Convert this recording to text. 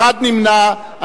נמנע אחד.